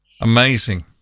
Amazing